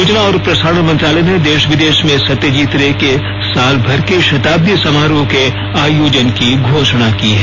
सूचना और प्रसारण मंत्रालय ने देश विदेश में सत्यजीत रे के साल भर के शताब्दी समारोह के आयोजन की घोषणा की है